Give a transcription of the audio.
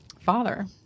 father